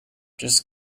just